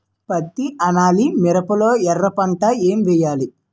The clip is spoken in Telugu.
పత్తి అలానే మిరప లో ఎర పంట ఏం వేయాలి?